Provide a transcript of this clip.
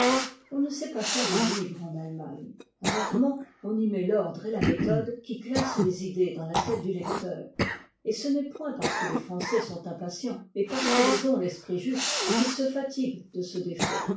on ne sait pas faire un livre en allemagne rarement on y met l'ordre et la méthode qui classent les idées dans la tête du lecteur et ce n'est point parce que les français sont impatients mais parce qu'ils ont l'esprit juste qu'us se fatiguent de ce défaut